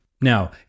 Now